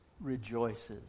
rejoices